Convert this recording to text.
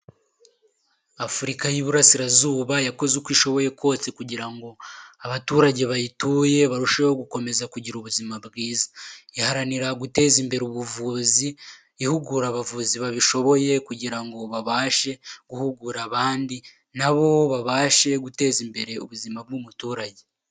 Afurika y'iburasirazuba yakoze uko ishoboye kose kugira ngo abaturage bayituye barusheho gukomeza kugira ubuzima bwiza. Iharanira guteza imbere ubuvuzi, ihugura abavuzi babishoboye kugira ngo babashe guhugura abandi, na bo babashe guteza imbere ubuzima bw'umuturage.